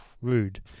rude